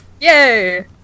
Yay